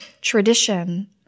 tradition